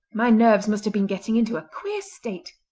my nerves must have been getting into a queer state.